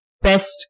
Best